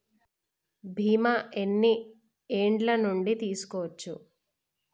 బీమా ఎన్ని ఏండ్ల నుండి తీసుకోవచ్చు?